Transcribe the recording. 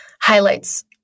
highlights